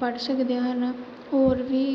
ਪੜ੍ਹ ਸਕਦੇ ਹਨ ਹੋਰ ਵੀ